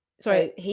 Sorry